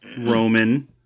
Roman